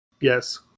Yes